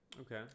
Okay